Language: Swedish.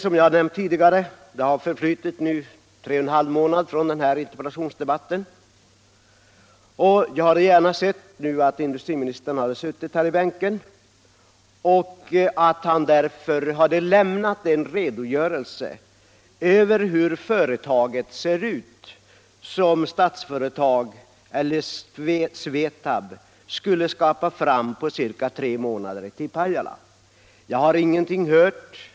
Som jag tidigare nämnt har det förflutit tre och en halv månad sedan interpellationsdebatten, och jag hade gärna sett att industriministern suttit här i bänken och kunnat lämna en redogörelse för hur företaget ser ut som Statsföretag eller SVETAB skulle skapa fram på ca tre månader till Pajala. Jag har ingenting hört om detta.